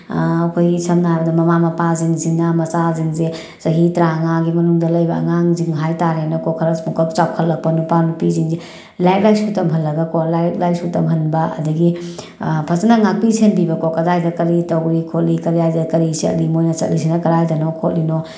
ꯑꯩꯈꯣꯏ ꯁꯝꯅ ꯍꯥꯏꯔꯕꯗ ꯃꯃꯥ ꯃꯄꯥꯁꯤꯡꯅ ꯃꯆꯥꯁꯤꯡꯁꯦ ꯆꯍꯤ ꯇꯔꯥ ꯃꯉꯥꯒꯤ ꯃꯅꯨꯡꯗ ꯂꯩꯕ ꯑꯉꯥꯡꯁꯤꯡ ꯍꯥꯏ ꯇꯥꯔꯦꯅꯦꯀꯣ ꯈꯔ ꯄꯨꯡꯀꯛ ꯆꯥꯎꯈꯠꯂꯛꯄ ꯅꯨꯄꯥ ꯅꯨꯄꯤꯁꯤꯡꯁꯦ ꯂꯥꯏꯔꯤꯛ ꯂꯥꯏꯁꯨ ꯇꯝꯍꯜꯂꯒꯀꯣ ꯂꯥꯏꯔꯤꯛ ꯂꯥꯏꯁꯨ ꯇꯝꯍꯟꯕ ꯑꯗꯒꯤ ꯐꯖꯅ ꯉꯥꯛꯄꯤ ꯁꯦꯟꯕꯤꯕꯀꯣ ꯀꯗꯥꯏꯗ ꯀꯔꯤ ꯇꯧꯔꯤ ꯈꯣꯠꯂꯤ ꯀꯗꯥꯏꯗ ꯀꯔꯤ ꯆꯠꯂꯤ ꯃꯣꯏꯅ ꯆꯠꯂꯤꯁꯤꯅ ꯀꯔꯥꯏꯗꯅꯣ ꯈꯣꯠꯂꯤꯅꯣ